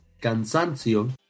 Cansancio